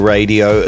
Radio